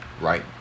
right